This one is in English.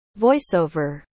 voiceover